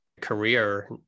career